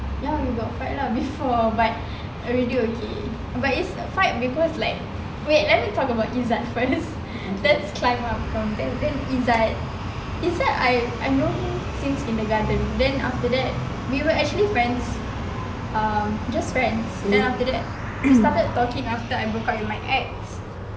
ya we got fight lah before but already okay but is fight because like wait let me talk about izzat first let's climb up from there izzat izzat I'm I know him since kindergarten then after that we were actually friends um just friends then after that we started talking then I broke up with my ex